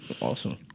Awesome